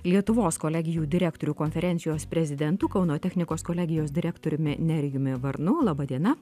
lietuvos kolegijų direktorių konferencijos prezidentu kauno technikos kolegijos direktoriumi nerijumi varnu laba diena